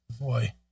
Boy